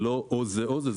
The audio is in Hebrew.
זה לא או זה או זה.